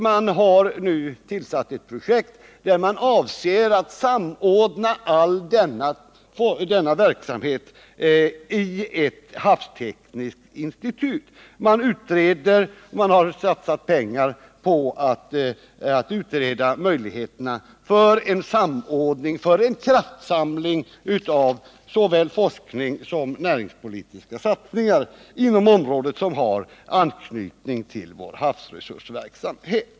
Man har nu startat ett projekt som syftar till att all denna verksamhet skall samordnas i ett havstekniskt institut. Man har satsat pengar på att utreda möjligheterna för en samordning av såväl forskning som näringspolitiska insatser inom områden som har anknytning till vår havsresursverksamhet.